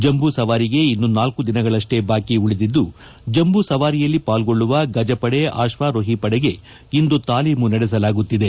ಜಂಬೂ ಸವಾರಿಗೆ ಇನ್ನು ನಾಲ್ಕು ದಿನಗಳಷ್ಟೇ ಬಾಕಿ ಉಳಿದಿದ್ದು ಜಂಬೂ ಸವಾರಿಯಲ್ಲಿ ಪಾಲ್ಗೊಳ್ಳುವ ಗಜಪಡೆ ಅಶ್ವಾರೋಹಿ ಪಡೆಗೆ ಇಂದು ತಾಲೀಮು ನಡೆಸಲಾಗುತ್ತಿದೆ